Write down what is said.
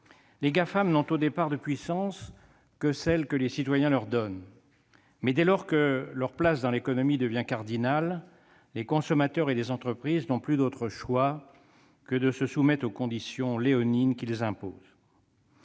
Les Gafam n'ont au départ de puissance que celle que les citoyens leur donnent. Mais dès lors que leur place dans l'économie devient cardinale, les consommateurs et les entreprises n'ont plus d'autre choix que de se soumettre aux conditions léonines qu'ils imposent.